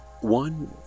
One